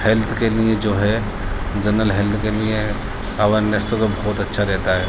health کے لیے جو ہے جنرل ہیلتھ کے لیے اویرنیس کا تو بہت اچھا رہتا ہے